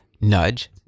nudge